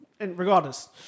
Regardless